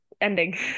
ending